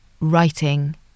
writing